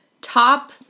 Top